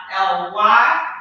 L-Y